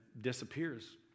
disappears